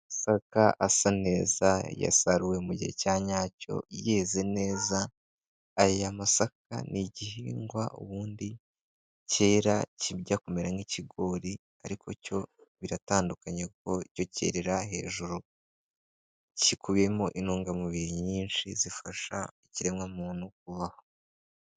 Amasaka asa neza yasaruwe mu gihe cyanyacyo yeze neza, aya masaka ni igihingwa ubundi cyera kijya kumera nk'ikigori ariko cyo biratandukanye ku cyo kerera hejuru. gikubiyemo intungamubiri nyinshi zifasha ikiremwamuntu kubaho.